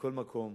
מכל מקום,